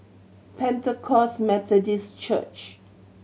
Pentecost Methodist Church